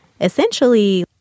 essentially